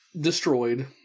destroyed